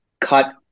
cut